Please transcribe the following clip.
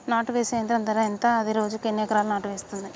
నాటు వేసే యంత్రం ధర ఎంత? అది రోజుకు ఎన్ని ఎకరాలు నాటు వేస్తుంది?